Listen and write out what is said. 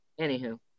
Anywho